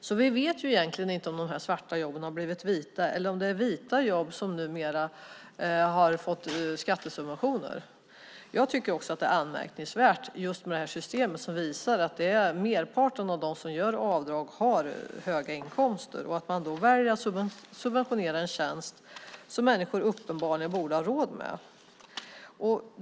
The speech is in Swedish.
Egentligen vet vi alltså inte om de svarta jobben blivit vita eller om det är fråga om vita jobb som numera skattesubventioneras. Anmärkningsvärt med systemet är att merparten av dem som gör avdrag har höga inkomster och att man alltså väljer att subventionera sådana tjänster som människor borde ha råd med.